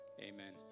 amen